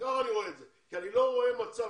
כך אני רואה את זה כי אני לא רואה מצב